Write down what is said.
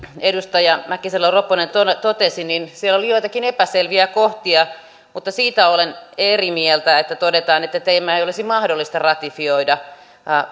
edustaja mäkisalo ropponen totesi siellä oli joitakin epäselviä kohtia mutta siitä olen eri mieltä kun todetaan että tätä ei olisi mahdollista ratifioida